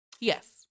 Yes